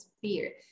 fear